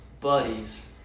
buddies